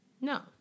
no